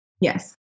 Yes